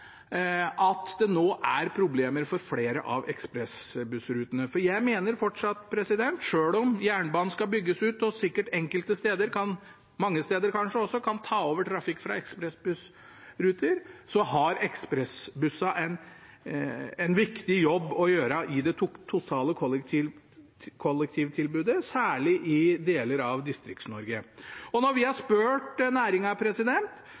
at det nå er problemer for flere av ekspressbussrutene. For jeg mener fortsatt at selv om jernbanen skal bygges ut, og enkelte steder – mange steder kanskje også – sikkert kan ta over trafikk fra ekspressbussruter, har ekspressbussene en viktig jobb å gjøre i det totale kollektivtilbudet, særlig i deler av Distrikts-Norge. Når vi har